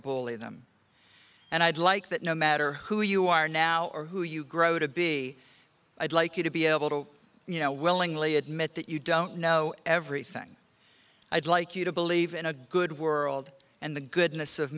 bully them and i'd like that no matter who you are now or who you grow to be i'd like you to be able to you know willingly admit that you don't know everything i'd like you to believe in a good world and the goodness of